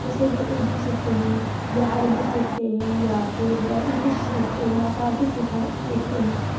جیسے کہ اردو سیکھتے ہیں یا عربی سیکھتے ہیں یا پھر انگلش سیکھتے ہیں یا فارسی سکھا سیکھتے ہیں